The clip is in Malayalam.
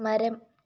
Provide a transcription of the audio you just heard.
മരം